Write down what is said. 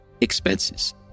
expenses